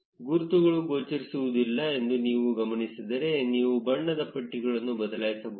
ಗುರುತುಗಳು ಗೋಚರಿಸುವುದಿಲ್ಲ ಎಂದು ನೀವು ಗಮನಿಸಿದರೆ ನೀವು ಬಣ್ಣದ ಪಟ್ಟಿಗಳನ್ನು ಬದಲಾಯಿಸಬಹುದು